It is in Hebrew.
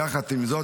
יחד עם זאת,